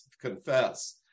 confess